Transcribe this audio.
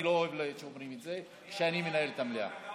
אני לא אוהב שאומרים את זה כשאני מנהל את המליאה.